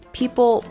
people